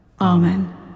Amen